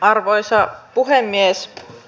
arvoisa puhemies